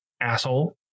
asshole